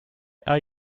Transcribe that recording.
are